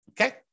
okay